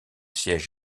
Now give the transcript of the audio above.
siège